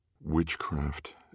Witchcraft